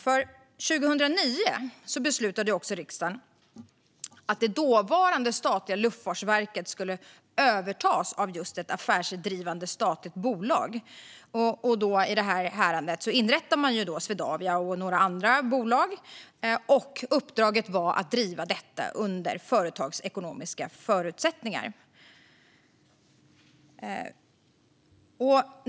År 2009 beslutade riksdagen att det dåvarande statliga Luftfartsverket skulle övertas av just ett affärsdrivande statligt bolag. I det här häradet inrättades Swedavia och några andra bolag. Uppdraget var att driva dessa under företagsekonomiska förutsättningar.